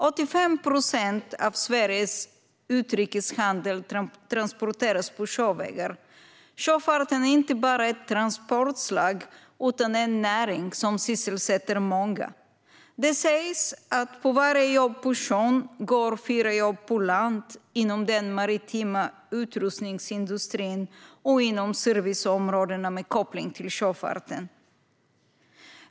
85 procent av Sveriges utrikeshandel transporteras sjövägen. Sjöfarten är inte bara ett transportslag, utan den är en näring - som sysselsätter många. Det sägs att det på varje jobb på sjön går fyra jobb på land, inom den maritima utrustningsindustrin och inom serviceområdena med koppling till sjöfarten.